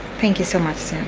thank you so much sir.